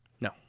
No